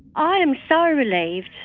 i'm so relieved.